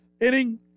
inning